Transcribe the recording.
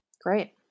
Great